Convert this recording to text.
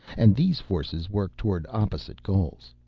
and these forces worked toward opposite goals.